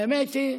האמת היא,